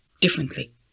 Differently